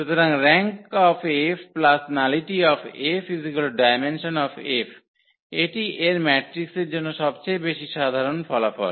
সুতরাং rank𝐹 nullity𝐹 dim এটি এর ম্যাট্রিক্সের জন্য সবচেয়ে বেশি সাধারণ ফলাফল